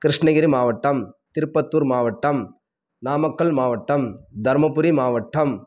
கிருஷ்ணகிரி மாவட்டம் திருப்பத்தூர் மாவட்டம் நாமக்கல் மாவட்டம் தருமபுரி மாவட்டம்